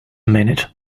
minute